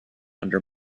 under